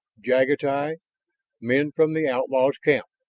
jagatai. men from the outlaws' camp.